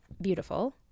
beautiful